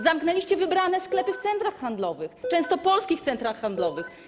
Zamknęliście wybrane sklepy w centrach handlowych, często polskich centrach handlowych.